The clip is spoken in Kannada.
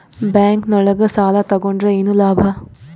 ಬ್ಯಾಂಕ್ ನೊಳಗ ಸಾಲ ತಗೊಂಡ್ರ ಏನು ಲಾಭ?